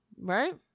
Right